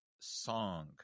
song